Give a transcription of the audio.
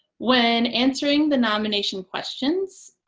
when answering the nomination questions,